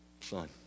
son